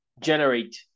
generate